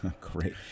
Great